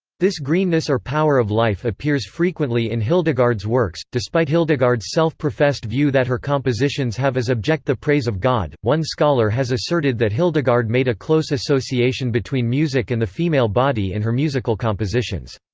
this greenness or power of life appears frequently in hildegard's works despite hildegard's self-professed view that her compositions have as object the praise of god, one scholar has asserted that hildegard made a close association between music and the female body in her musical compositions.